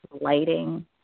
lighting